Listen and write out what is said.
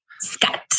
Scott